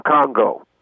Congo